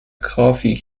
coffee